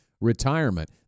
retirement